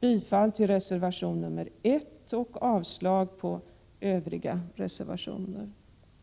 bifall till reservation 1 och i övrigt till utskottets hemställan, vilket innebär avslag på Övriga reservationer.